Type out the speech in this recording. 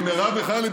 עם מרב מיכאלי,